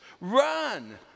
Run